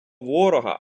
ворога